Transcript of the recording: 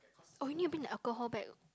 orh you need to bring the alcohol back